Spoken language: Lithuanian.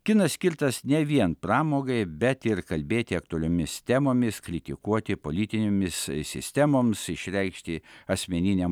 kinas skirtas ne vien pramogai bet ir kalbėti aktualiomis temomis kritikuoti politinėmis sistemoms išreikšti asmeniniam